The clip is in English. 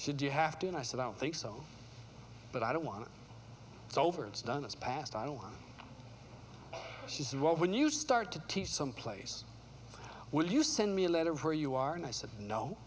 said you have to and i said i don't think so but i don't want it it's over it's done it's past i don't she said well when you start to teach some place where you send me a letter where you are and i said no